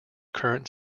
current